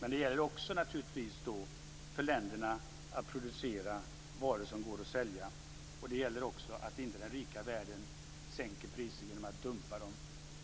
Men det gäller naturligtvis också för länderna att producera varor som går att sälja. Och det gäller att inte den rika världen sänker priser genom dumpning